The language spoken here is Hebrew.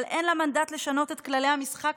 אבל אין לה מנדט לשנות את כללי המשחק